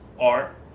art